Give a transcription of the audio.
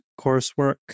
coursework